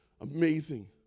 amazing